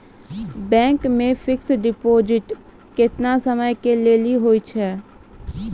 Bank मे fixed deposit केतना समय के लेली होय छै?